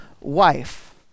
wife